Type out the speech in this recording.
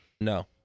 no